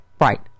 right